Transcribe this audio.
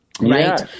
right